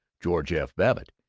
george f. babbitt.